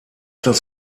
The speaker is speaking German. das